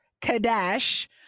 Kadesh